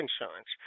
insurance